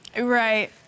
Right